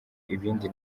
ibindi